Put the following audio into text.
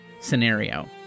scenario